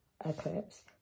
eclipse